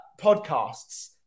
podcasts